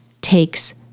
takes